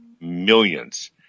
millions